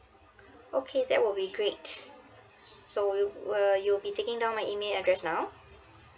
okay that will be great so will you be taking down my email address now